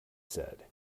said